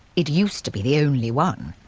it used to be the only one.